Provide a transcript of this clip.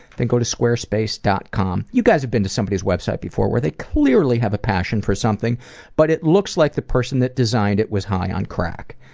then go to squarespace. com. you guys have been to some of these websites before where they clearly have a passion for something but it looks like the person that designed it was high on crack.